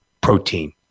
protein